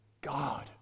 God